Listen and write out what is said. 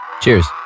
Cheers